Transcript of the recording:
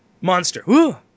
monster